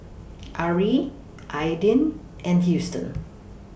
Arrie Aydin and Huston